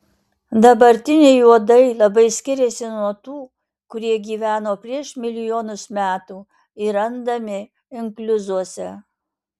dabartiniai uodai labai skiriasi nuo tų kurie gyveno prieš milijonus metų ir randami inkliuzuose